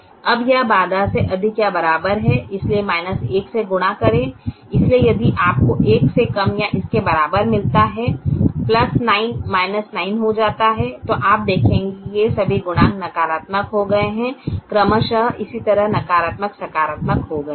अब यह बाधा से अधिक या बराबर है इसलिए 1 से गुणा करें इसलिए यदि आपको एक से कम या इसके बराबर मिलता है 9 बदलकर 9 हो जाता हैं तो आप देखेंगे कि ये सभी गुणांक नकारात्मक हो गए हैं क्रमशः इसी तरह नकारात्मक सकारात्मक हो गए हैं